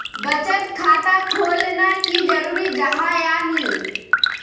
बचत खाता खोलना की जरूरी जाहा या नी?